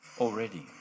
Already